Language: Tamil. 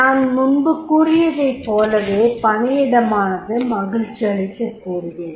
நான் முன்பு கூறியதைப்போலவே பணியிடமானது மகிழ்ச்சியளிக்ககூடியது